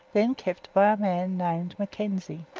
then kept by a man named mckenzie.